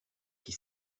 qui